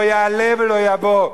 לא יעלה ולא יבוא.